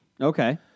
Okay